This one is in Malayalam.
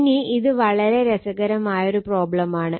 ഇനി ഇത് വളരെ രസകരമായ പ്രോബ്ലം ആണ്